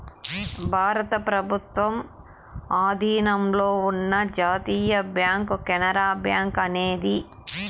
భారత ప్రభుత్వం ఆధీనంలో ఉన్న జాతీయ బ్యాంక్ కెనరా బ్యాంకు అనేది